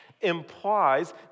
implies